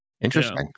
interesting